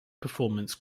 performance